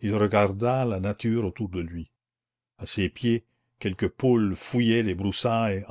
il regarda la nature autour de lui à ses pieds quelques poules fouillaient les broussailles